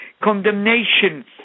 condemnation